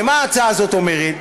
הרי מה ההצעה הזאת אומרת?